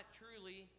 truly